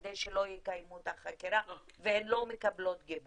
כדי שהן לא יקיימו את החקירה והן לא מקבלות גיבוי.